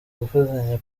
gufatanya